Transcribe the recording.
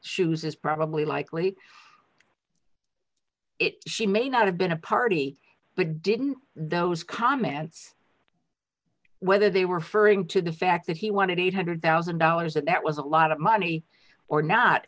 shoes is probably likely she may not have been a party but didn't those comments whether they were furring to the fact that he wanted eight hundred thousand dollars that that was a lot of money or not